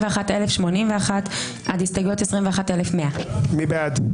21,161 עד 21,180. מי בעד?